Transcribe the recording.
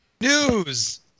News